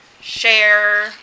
share